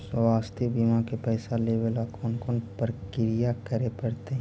स्वास्थी बिमा के पैसा लेबे ल कोन कोन परकिया करे पड़तै?